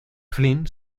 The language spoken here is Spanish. flynn